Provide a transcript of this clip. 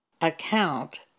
account